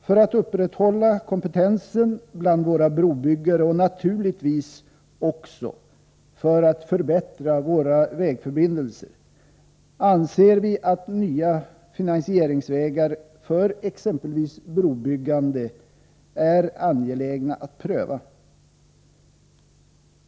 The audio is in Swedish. För att upprätthålla kompetensen bland våra brobyggare och naturligtvis också för att förbättra våra vägförbindelser är det angeläget, anser vi, att pröva nya finansieringsvägar för exempelvis brobyggande.